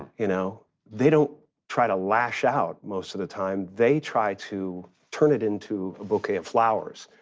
you know? they don't try to lash out most of the time. they try to turn it into a bouquet of flowers.